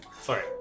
Sorry